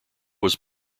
was